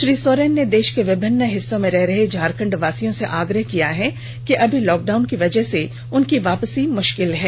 श्री सोरेन ने देश के विभिन्न हिस्सों में रह रहे झारखण्ड वासियों से आग्रह किया है कि अभी लॉक डाउन की वजह से उनकी वापसी मुश्किल है